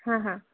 হাঁ হাঁ